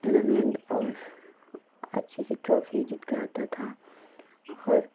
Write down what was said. tournament और अच्छे से ट्राफी जीत कर आता था और